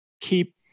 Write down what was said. keep